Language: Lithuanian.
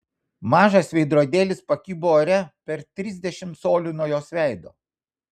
mažas veidrodėlis pakibo ore per trisdešimt colių nuo jos veido